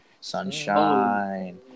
Sunshine